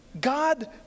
God